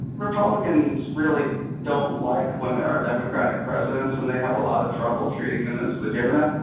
republicans really don't like when there are democratic presidents, and they have a lot of trouble treating them as legitimate,